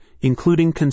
including